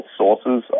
sources